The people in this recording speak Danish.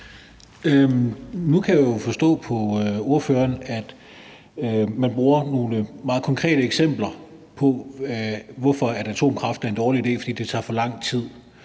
Nu kan jeg jo forstå på ordføreren, at man bruger nogle meget konkrete eksempler på, at atomkraft er en dårlig idé, fordi det tager for lang tid